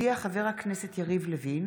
הודיע חבר הכנסת יריב לוין